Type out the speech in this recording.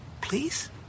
please